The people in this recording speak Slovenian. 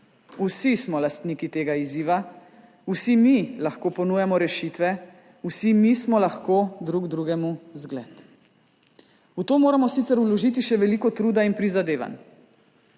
Vsi smo lastniki tega izziva. Vsi mi lahko ponujamo rešitve. Vsi mi smo lahko drug drugemu zgled. V to moramo sicer vložiti še veliko truda in prizadevanj.